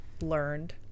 learned